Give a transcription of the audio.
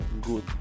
good